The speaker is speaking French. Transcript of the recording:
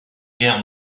guerre